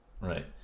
right